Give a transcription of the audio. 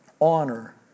Honor